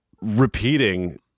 repeating